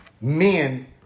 men